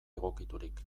egokiturik